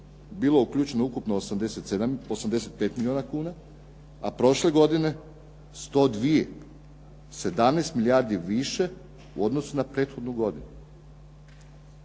bilo uključeno ukupno 85 milijuna kuna a prošle godine 102. 17 milijardi više u odnosu na prethodnu godinu.